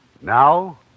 Now